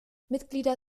mitglieder